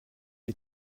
est